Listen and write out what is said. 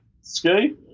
ski